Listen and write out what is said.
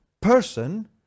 person